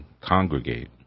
congregate